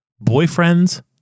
boyfriend's